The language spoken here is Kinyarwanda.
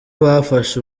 bafashe